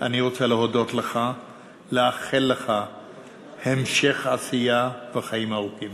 אני רוצה להודות לך ולאחל לך המשך עשייה וחיים ארוכים.